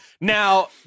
Now